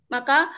Maka